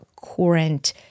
current